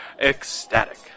Ecstatic